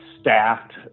staffed